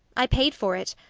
i paid for it.